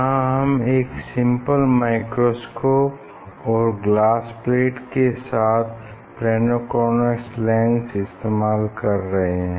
यहाँ हम एक सिंपल माइक्रोस्कोप और ग्लास प्लेट के साथ प्लेनो कॉन्वेक्स लेंस इस्तेमाल कर रहे हैं